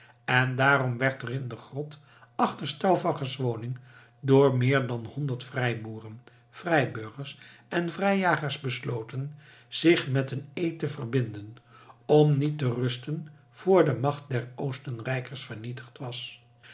en daarom werd er in de grot achter stauffachers woning door meer dan honderd vrijboeren vrijburgers en vrijjagers besloten zich met een eed te verbinden om niet te rusten vr de macht der oostenrijkers vernietigd was